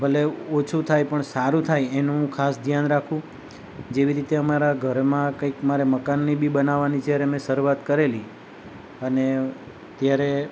ભલે ઓછું થાય પણ સારું થાય એનું હું ખાસ ધ્યાન રાખું જેવી રીતે અમારા ઘરમાં કંઈક મારે મકાનની બી બનાવવાની જ્યારે મેં શરૂઆત કરેલી અને ત્યારે